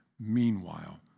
meanwhile